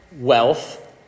wealth